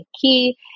key